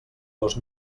dos